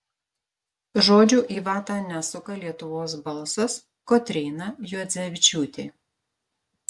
žodžių į vatą nesuka lietuvos balsas kotryna juodzevičiūtė